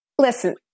listen